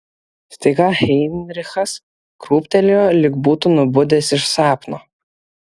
staiga heinrichas krūptelėjo lyg būtų nubudęs iš sapno